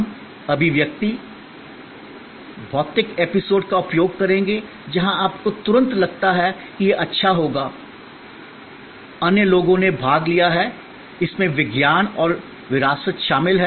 हम अभिव्यक्ति भौतिक एपिसोड का उपयोग करेंगे जहां आपको तुरंत लगता है कि यह अच्छा होगा अन्य लोगों ने भाग लिया है इसमें विज्ञान और विरासत शामिल है